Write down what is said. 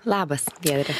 labas giedre